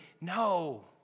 No